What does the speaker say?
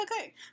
okay